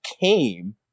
came